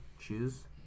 choose